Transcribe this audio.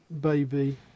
baby